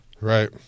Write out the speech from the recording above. Right